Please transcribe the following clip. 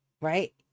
right